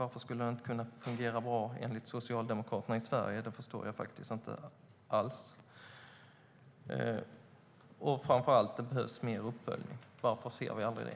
Varför skulle den inte kunna fungera bra enligt Socialdemokraterna i Sverige? Det förstår jag faktiskt inte alls. Framför allt behövs det mer uppföljning. Varför ser vi aldrig det?